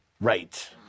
Right